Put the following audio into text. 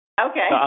Okay